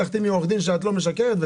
תחתימי עורך דין שאת לא משקרת.